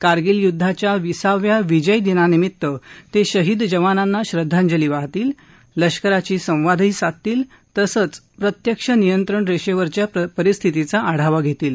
कारगिल युद्धाच्या विसाव्या विजय दिवसानिमित्त ते शहीद जवानांना श्रद्धांजली वाहतील लष्कराशी संवाद साधतील तसंच प्रत्यक्ष नियंत्रण रेषेवरच्या परिस्थितीचा आढावा घेतील